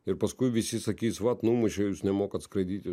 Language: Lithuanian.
ir paskui visi sakys vat numušė jūs nemokat skraidyti